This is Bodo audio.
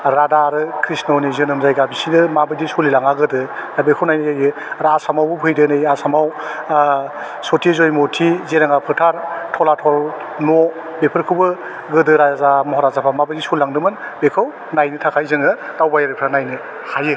राधा आरो कृष्णनि जोनोम जायगा बिसोरो माबायदि सलिलाङा गोदो दा बेखौ नायनाय जायो आरो आसामावबो फैदो नै आसामाव सति जैमति जेरेंगा फोथार थलातल न' बेफोरखौबो गोदो राजा महाराजाफ्रा माबादि सलिलांदोंमोन बेखौ नायनो थाखाय जोङो दावबायारिफ्रा नायनो हायो